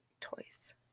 Toys